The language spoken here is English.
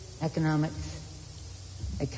economics